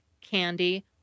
candy